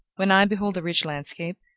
when i behold a rich landscape,